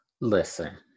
Listen